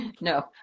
no